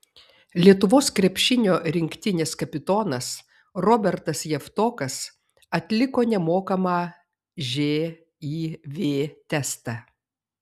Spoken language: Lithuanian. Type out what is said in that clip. lietuvos krepšinio rinktinės kapitonas robertas javtokas atliko nemokamą živ testą